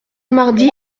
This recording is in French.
mardi